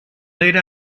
late